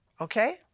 Okay